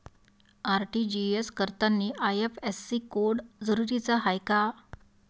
RTGS करतांनी IFSC code जरुरीचा हाय का?